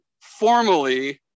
formally